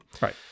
right